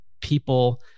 people